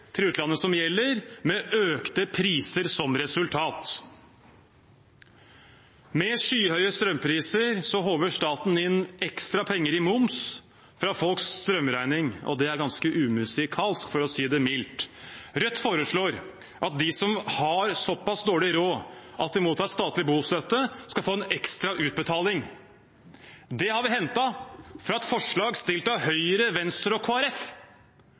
til utlandet som gjelder, med økte priser som resultat. Med skyhøye strømpriser håver staten inn ekstra penger i moms fra folks strømregning, og det er ganske umusikalsk, for å si det mildt. Rødt foreslår at de som har så pass dårlig råd at de mottar statlig bostøtte, skal få en ekstra utbetaling. Det har vi hentet fra et forslag fremmet av Høyre, Venstre og